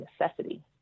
necessity